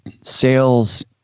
sales –